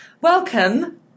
Welcome